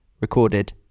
recorded